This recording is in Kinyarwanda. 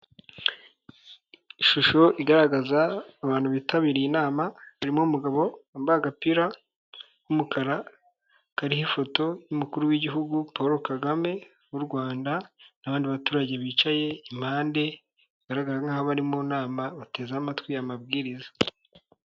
Ishusho igaragaza abantu bitabiriye inama irimo umugabo wambaye agapira K'umukara kariho ifoto y'umukuru w'igihugu Paul Kagame w'u Rwanda n'abandi baturage bicaye impande bigaragara nkaho bari mu inama bateze amatwi amabwiriza.